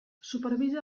supervisa